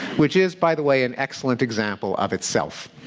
which is, by the way, an excellent example of itself.